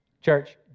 Church